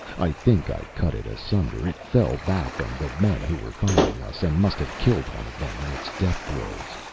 i think i cut it asunder. it fell back on the men who were following us, and must have killed one of them in its death throes.